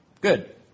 Good